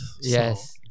yes